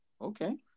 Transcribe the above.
okay